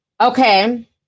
okay